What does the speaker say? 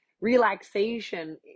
relaxation